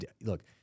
look